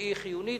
שהיא חיונית,